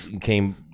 came